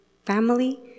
family